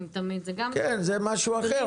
זה גם --- כן, זה משהו אחר.